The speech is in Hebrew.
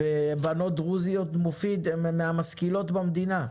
מופיד, בנות דרוזיות הן מהמשכילות במדינה.